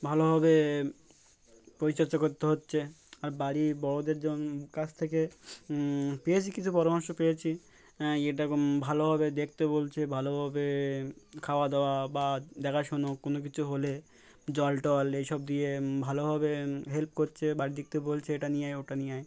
ভালোভাবে পরিচর্যা করতে হচ্ছে আর বাড়ি বড়দের জন্য কাছ থেকে পেয়েছি কিছু পরামর্শ পেয়েছি এটা ভালোভাবে দেখতে বলছে ভালোভাবে খাওয়া দাওয়া বা দেখাশুনো কোনো কিছু হলে জল টল এইসব দিয়ে ভালোভাবে হেল্প করছে বাড়ি দেখতে বলছে এটা নিয়ে ওটা নিয়ে